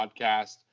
Podcast